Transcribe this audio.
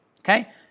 okay